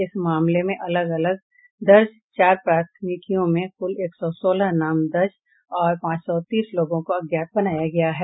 इस मामले में अलग अलग दर्ज चार प्राथमिकियों में कुल एक सौ सोलह नामजद और पांच सौ तीस लोगों को अज्ञात बनाया गया है